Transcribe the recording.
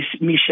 Michelle